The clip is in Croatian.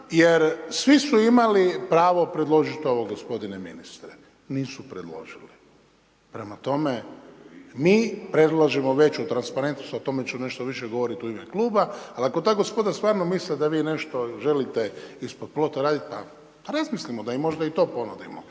jer svi su imali pravo predložiti ovo g. ministre, nisu predložili. Prema tome, mi predlažemo veću transparentnost o tome ću nešto više govoriti u ime kluba. Ali ako ta gospoda stvarno misle da vi nešto želi te ispod plota raditi, pa razmislimo da im možda i to ponudimo,